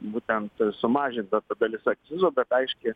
būtent sumažintas dalis akcizo bet aiški